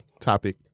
topic